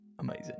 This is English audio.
Amazing